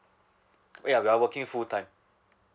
ya we are working full time